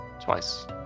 twice